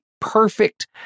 perfect